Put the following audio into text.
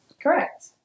Correct